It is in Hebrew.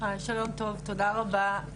תודה רבה.